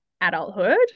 adulthood